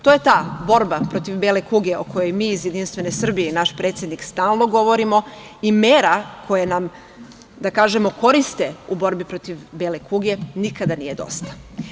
To je ta borba protiv bele kuge, o kojoj mi iz JS i naš predsednik, stalno govorimo i mera koje nam koriste u borbi protiv bele kuge, nikada nije dosta.